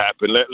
happen